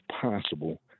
possible